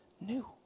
new